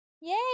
yay